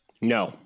No